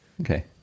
Okay